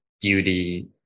beauty